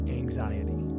anxiety